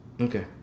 Okay